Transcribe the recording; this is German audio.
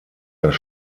das